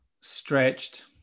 stretched